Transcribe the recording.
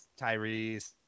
Tyrese